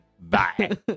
bye